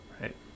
right